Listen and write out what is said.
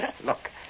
Look